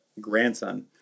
grandson